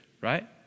right